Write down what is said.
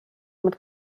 mit